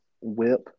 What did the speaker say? whip